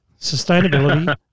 Sustainability